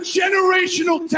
generational